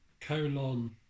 Colon